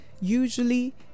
usually